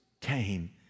came